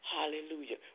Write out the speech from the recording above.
Hallelujah